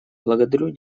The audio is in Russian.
благодарю